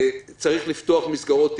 צריך לפתוח מסגרות טיפוליות.